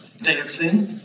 dancing